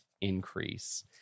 increase